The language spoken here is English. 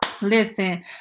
Listen